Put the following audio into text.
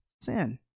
sin